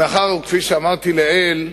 מאחר שכפי שאמרתי לעיל,